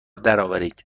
درآورید